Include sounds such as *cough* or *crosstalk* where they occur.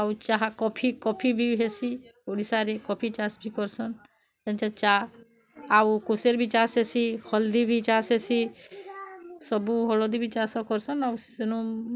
ଆଉ ଚାହା coffee coffee ବି ହେସି ଓଡ଼ିଶାରେ କଫି ଚାଷ୍ ବି କର୍ସନ୍ *unintelligible* ଚା' ଆଉ କୁସେର୍ ବି ଚାଷ୍ ହେସି ହଲ୍ଦୀ ବି ଚାଷ୍ ହେସି ସବୁ ହଲ୍ଦୀ ବି ଚାଷ କର୍ସନ୍ ଆଉ ସେନୁ